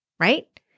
right